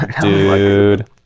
Dude